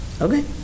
Okay